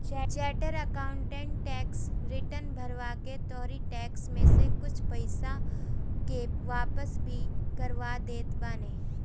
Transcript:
charter accountant tax return भरवा के तोहरी टेक्स में से कुछ पईसा के वापस भी करवा देत बाने